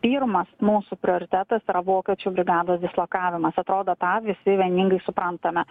pirmas mūsų prioritetas yra vokiečių brigados dislokavimas atrodo tą visi vieningai suprantame